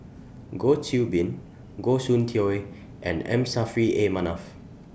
Goh Qiu Bin Goh Soon Tioe and M Saffri A Manaf